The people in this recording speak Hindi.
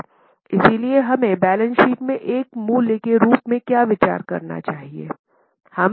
इसलिए हमें बैलेंस शीट में एक मूल्य के रूप में क्या विचार करना चाहिए